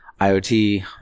IoT